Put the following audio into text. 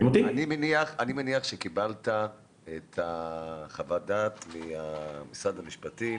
אני מניח שקיבלת את חוות הדעת ממשרד המשפטים.